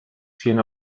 cien